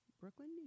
Brooklyn